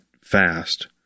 fast